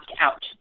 out